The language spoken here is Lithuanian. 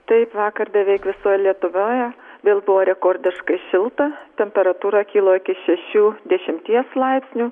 taip vakar beveik visoje lietuvoje vėl buvo rekordiškai šilta temperatūra kilo iki šešių dešimties laipsnių